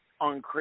on